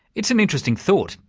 it's an interesting thought,